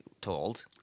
told